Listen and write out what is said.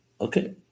okay